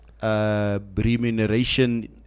Remuneration